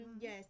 Yes